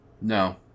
No